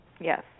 Yes